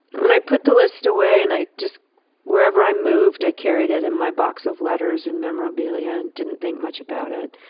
and i put the list a way and i just where ever i moved, i carried it in my box of letters and memorabilia and didn't think much about it.